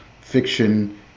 fiction